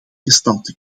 gestalte